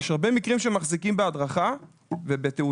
יש הרבה מקרים שהם מחזיקים בהדרכה ובתעודה